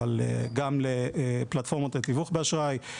אבל גם לפלטפורמות לתיווך באשראי.